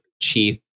Chief